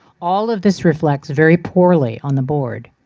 all of this reflects very poorly on the board.